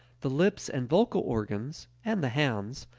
the lips and vocal organs, and the hands,